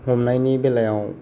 हमनायनि बेलायाव